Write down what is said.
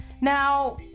Now